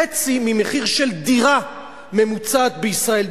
חצי ממחיר של דירה ממוצעת בישראל,